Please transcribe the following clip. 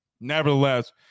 Nevertheless